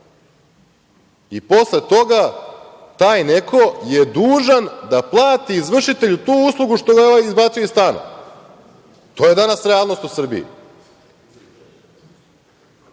i posle toga taj neko je dužan da plati izvršitelju tu uslugu što ga je ovaj izbacio iz stana. To je danas realnost u Srbiji.O